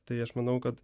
tai aš manau kad